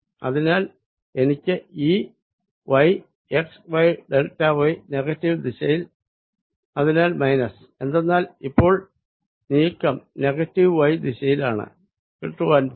അതിനാൽ എനിക്ക് E y x y delta y negative ദിശയിൽ അതിനാൽ മൈനസ് എന്തെന്നാൽ ഇപ്പോൾ നീക്കം നെഗറ്റീവ് y ദിശയിലാണ് കിട്ടുവാൻ പോകുന്നു